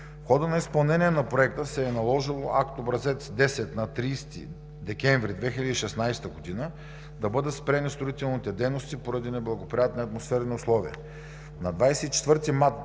В хода на изпълнение на проекта се е наложило с акт образец № 10 на 30 декември 2016 г. да бъдат спрени строителните дейности поради неблагоприятни атмосферни условия.